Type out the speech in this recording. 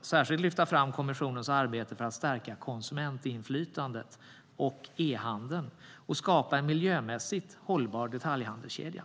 särskilt lyfta fram kommissionens arbete för att stärka konsumentinflytandet och e-handeln och skapa en miljömässigt hållbar detaljhandelskedja.